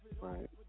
Right